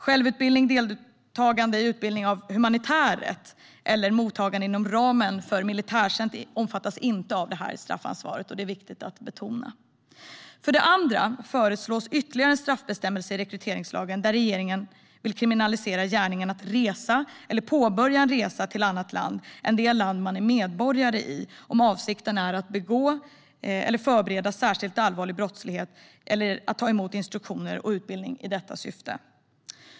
Självutbildning, deltagande i utbildning i humanitär rätt eller mottagande inom ramen för en militärtjänst omfattas inte av straffansvaret, och det är viktigt att betona. För det andra föreslås ytterligare en straffbestämmelse i rekryteringslagen där regeringen vill kriminalisera gärningen att resa eller påbörja en resa till annat land än det land man är medborgare i, om avsikten är att begå eller förbereda särskilt allvarlig brottslighet eller ta emot instruktioner och utbildning i detta syfte.